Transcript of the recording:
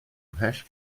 ymhell